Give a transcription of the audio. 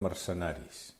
mercenaris